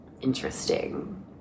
interesting